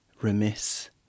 remiss